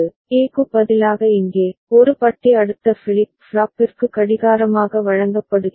A க்கு பதிலாக இங்கே ஒரு பட்டி அடுத்த ஃபிளிப் ஃப்ளாப்பிற்கு கடிகாரமாக வழங்கப்படுகிறது